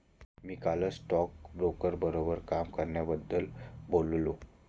मी कालच स्टॉकब्रोकर बरोबर काम करण्याबद्दल बोललो